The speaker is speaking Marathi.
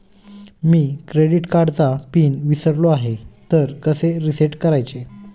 मी क्रेडिट कार्डचा पिन विसरलो आहे तर कसे रीसेट करायचे?